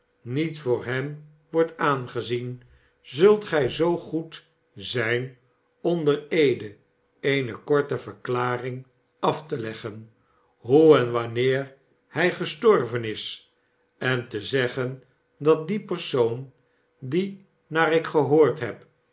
niet voor hem wordt aan gezien zult gij zoo goed zijn onder eede eene korte verklaring af te leggen hoe en wanneer hij gestorven is en te zeggen dat die persoon die naar ik gehoord heb